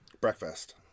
Breakfast